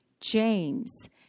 James